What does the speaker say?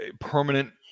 permanent